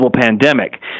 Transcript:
pandemic